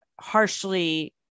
harshly